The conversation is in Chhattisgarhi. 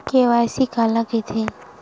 के.वाई.सी काला कइथे?